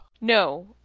No